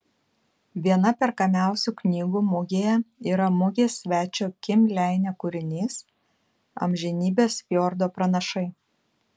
viena perkamiausių knygų mugėje yra mugės svečio kim leine kūrinys amžinybės fjordo pranašai